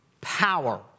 power